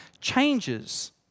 changes